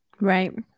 Right